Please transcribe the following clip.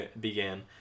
began